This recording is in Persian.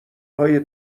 های